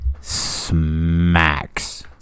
Smacks